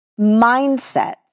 mindset